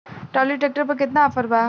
Trolley tractor पर केतना offer बा?